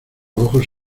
ojos